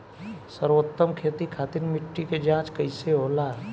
सर्वोत्तम खेती खातिर मिट्टी के जाँच कइसे होला?